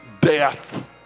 death